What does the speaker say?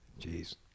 Jeez